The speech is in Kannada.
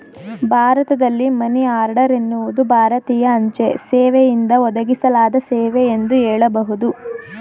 ಭಾರತದಲ್ಲಿ ಮನಿ ಆರ್ಡರ್ ಎನ್ನುವುದು ಭಾರತೀಯ ಅಂಚೆ ಸೇವೆಯಿಂದ ಒದಗಿಸಲಾದ ಸೇವೆ ಎಂದು ಹೇಳಬಹುದು